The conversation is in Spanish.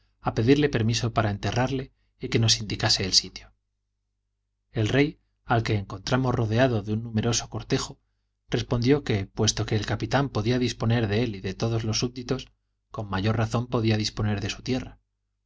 a pedirle permiso para enterrarle y que nos indicase el sitio el rey al que eacontramos rodeado de un numeroso cortejo respondió que puesto el capitán podía disponer de él y de todos sus subditos con mayor razón podía disponer de su tierra